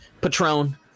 patron